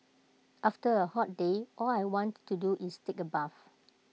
after A hot day all I want to do is take A bath